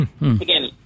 again